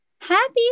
happy